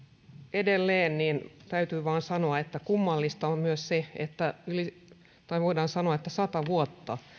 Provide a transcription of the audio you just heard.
edelleen täytyy vain sanoa että kummallista on myös se että voidaan sanoa että sata vuotta